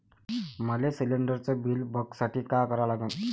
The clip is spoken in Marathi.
मले शिलिंडरचं बिल बघसाठी का करा लागन?